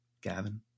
gavin